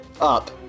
Up